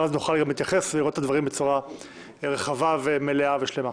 ואז נוכל גם להתייחס ולראות את הדברים בצורה רחבה ומלאה ושלמה.